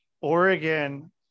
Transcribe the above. oregon